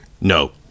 No